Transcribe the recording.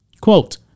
Quote